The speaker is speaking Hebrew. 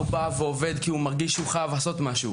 שבא ועובד כי הוא מרגיש שהוא חייב לעשות משהו.